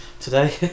today